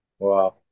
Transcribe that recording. Wow